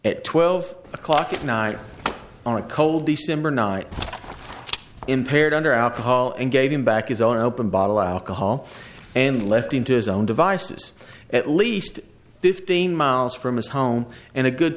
at twelve o'clock at night on a cold december night impaired under alcohol and gave him back his own open bottle alcohol and left him to his own devices at least fifteen miles from his home and a good